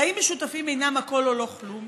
חיים משותפים אינם 'הכול או לא כלום',